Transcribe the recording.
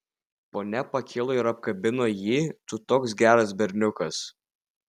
ponia pakilo ir apkabino jį tu toks geras berniukas